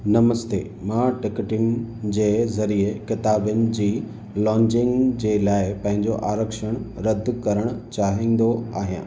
नमस्ते मां टिकिटनि जे ज़रिये किताबिन जी लॉन्जींग जे लाइ पंहिंजो आरक्षण रदि करणु चाहींदो आहियां